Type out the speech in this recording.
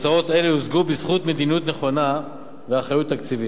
תוצאות אלה הושגו בזכות מדיניות נכונה ואחריות תקציבית.